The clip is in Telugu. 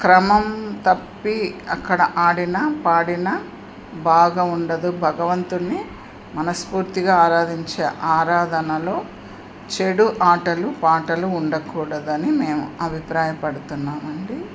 క్రమం తప్పి అక్కడ ఆడిన పాడిన బాగుండదు భగవంతుని మనస్ఫూర్తిగా ఆరాధించే ఆరాధనలో చెడు ఆటలు పాటలు ఉండకూడదు అని మేము అభిప్రాయపడుతున్నాం అండి